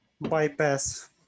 bypass